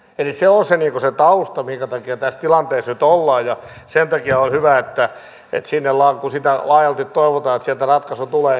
eli se on se tausta minkä takia tässä tilanteessa nyt ollaan ja sen takia olisi hyvä että että sinne päin kaikki vetoaisivat kun laajalti toivotaan että sieltä ratkaisu tulee